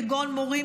כגון מורים,